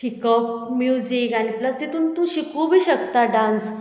शिकप म्युजीक आनी प्लस तितून तूं शिकू बी शकता डांस